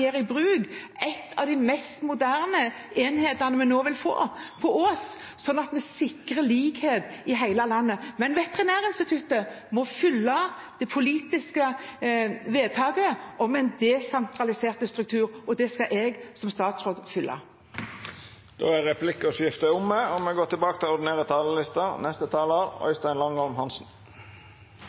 kan gjøre bruk av en av de mest moderne enhetene vi nå vil få, på Ås, slik at vi sikrer likhet i hele landet. Men Veterinærinstituttet må følge det politiske vedtaket om en desentralisert struktur, og det skal jeg som statsråd følge. Replikkordskiftet er omme. Dei talarane som heretter får ordet, har ei taletid på inntil 3 minutt. Jeg har erfaring fra fagbevegelsen, og